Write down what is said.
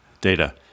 Data